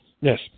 Yes